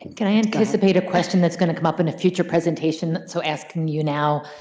and can i anticipate a question that's going to come up in a future presentation, so asking you now